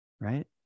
right